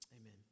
amen